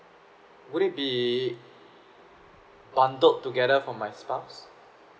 would it be bundled together for my spouse